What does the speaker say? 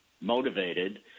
motivated